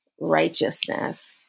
righteousness